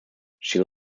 she